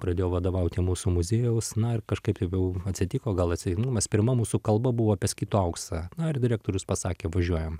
pradėjo vadovauti mūsų muziejams na ir kažkaip jau atsitiko gal atsitiktinumas pirma mūsų kalba buvo apie skitų auksą na ir direktorius pasakė važiuojam